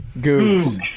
Goose